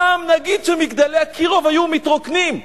נגיד ש"מגדלי אקירוב" היו מתרוקנים,